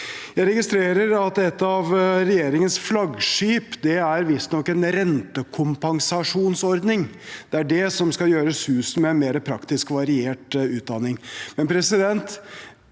Jeg registrerer at et av regjeringens flaggskip visstnok er en rentekompensasjonsordning. Det er det som skal gjøre susen, med en mer praktisk og variert utdanning.